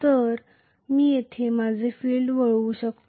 तर मी येथे माझे फील्ड वाइंडिंग करू शकते